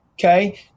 okay